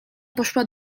poszła